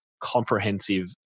comprehensive